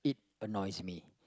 annoys me